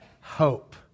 hope